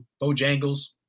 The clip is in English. Bojangles